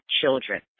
children